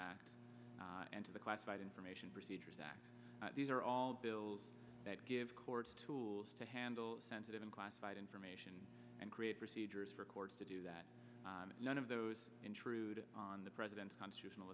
to the classified information procedures act these are all bills that give courts tools to handle sensitive and classified information and create procedures for courts to do that and none of those intrude on the president's constitutional